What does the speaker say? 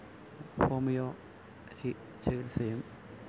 homeo രി ചികിത്സയും